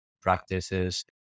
practices